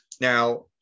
Now